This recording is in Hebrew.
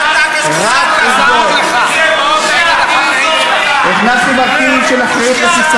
רוב חברי הממשלה הם אלה שביטלו את זה.